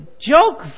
joke